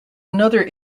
another